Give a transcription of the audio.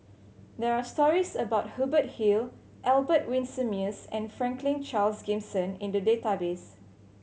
there are stories about Hubert Hill Albert Winsemius and Franklin Charles Gimson in the database